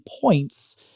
points